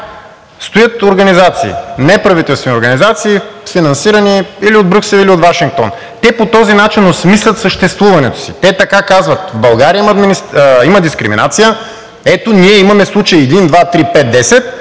стоят организации – неправителствени организации, финансирани или от Брюксел, или от Вашингтон. Те по този начин осмислят съществуването си. Те така казват: „В България има дискриминация. Ето ние имаме случаи – 1, 2, 3, 5, 10,